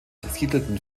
siedelten